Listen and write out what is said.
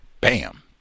Bam